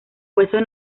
huesos